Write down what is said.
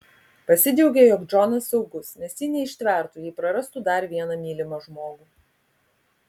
pasidžiaugė jog džonas saugus nes ji neištvertų jei prarastų dar vieną mylimą žmogų